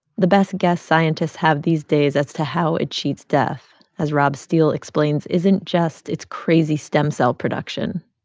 the best guess scientists have these days as to how it cheats death, as rob steele explains, isn't just its crazy stem cell production